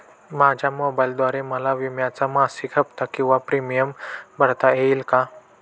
माझ्या मोबाईलद्वारे मला विम्याचा मासिक हफ्ता किंवा प्रीमियम भरता येईल का?